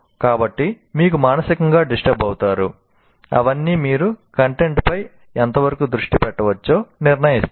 కాబట్టి మీరు మానసికంగా డిస్టర్బ్ అవుతారు అవన్నీ మీరు కంటెంట్పై ఎంతవరకు దృష్టి పెట్టవచ్చో నిర్ణయిస్తాయి